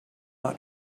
not